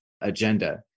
agenda